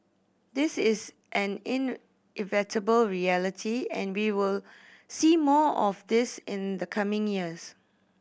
this is an inevitable reality and we will see more of this in the coming years